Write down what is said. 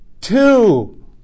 two